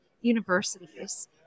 universities